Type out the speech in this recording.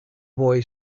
boy